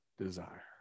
desire